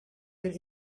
will